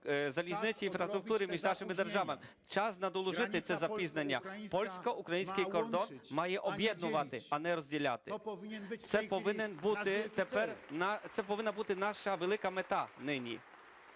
залізниці, інфраструктури між нашими держава. Час надолужити це запізнення. Польсько-український кордон має об'єднувати, а не розділяти. Це повинна бути наша велика мета нині.